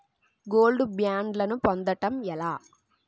Gold బ్యాండ్లను పొందటం ఎలా?